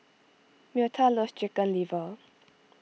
Myrta loves Chicken Liver